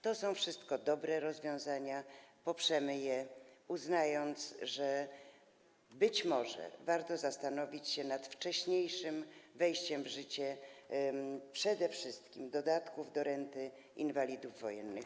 To są wszystko dobre rozwiązania, poprzemy je, uznając, że być może warto zastanowić się nad wcześniejszym wejściem w życie przede wszystkim dodatków do renty inwalidów wojennych.